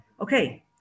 okay